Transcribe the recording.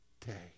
day